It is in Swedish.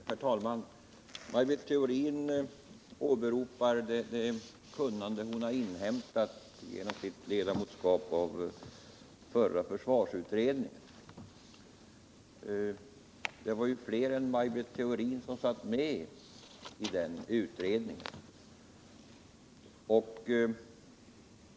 Herr talman! Maj Britt Theorin åberopar det kunnande hon har inhämtat genom sitt ledamotskap av förra försvarsutredningen. Det var ju fler än Maj Britt Theorin som satt med i den utredningen.